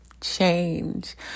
change